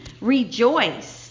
rejoice